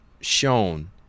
shown